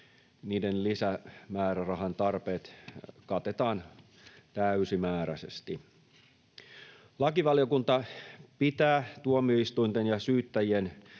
niiden lisämäärärahan tarpeet katetaan täysimääräisesti. Lakivaliokunta pitää tuomioistuinten ja syyttäjien